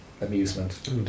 amusement